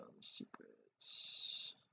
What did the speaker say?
secrets